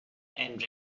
and